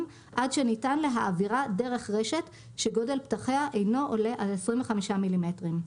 עד שניתן להעבירה דרך רשת שגודל פתחיה אינו עולה על 25 מילימטרים.